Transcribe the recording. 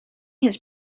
his